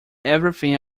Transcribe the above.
everything